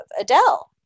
Adele